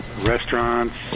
Restaurants